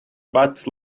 but